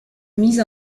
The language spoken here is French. mise